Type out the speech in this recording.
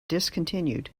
discontinued